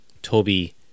toby